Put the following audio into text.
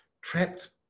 trapped